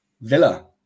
Villa